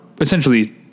essentially